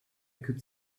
could